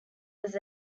was